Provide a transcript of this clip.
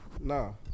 No